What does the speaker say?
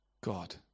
God